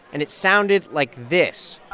and it sounded like this